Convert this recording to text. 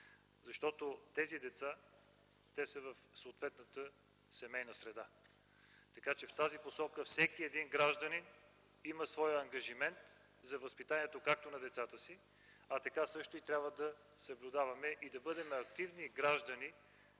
Вие. Тези деца са в съответната семейна среда, така че в тази посока както всички граждани имаме своя ангажимент за възпитанието на децата си, така трябва да съблюдаваме и да бъдем активни граждани